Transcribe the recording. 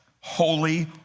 holy